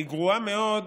היא גרועה מאוד